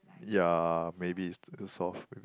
yeah maybe it's too soft